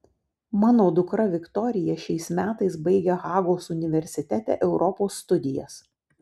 mano dukra viktorija šiais metais baigia hagos universitete europos studijas